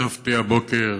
השתתפתי הבוקר